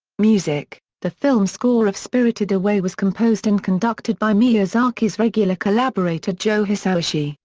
music the film score of spirited away was composed and conducted by miyazaki's regular collaborator joe hisaishi,